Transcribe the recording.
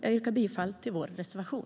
Jag yrkar bifall till vår reservation.